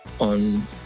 on